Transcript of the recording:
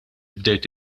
bdejt